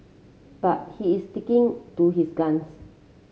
but he is sticking to his guns